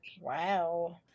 Wow